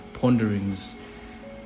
ponderings